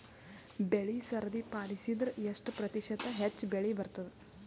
ಬೆಳಿ ಸರದಿ ಪಾಲಸಿದರ ಎಷ್ಟ ಪ್ರತಿಶತ ಹೆಚ್ಚ ಬೆಳಿ ಬರತದ?